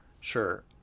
Sure